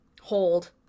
hold